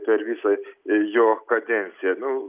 per visą jo kadenciją nu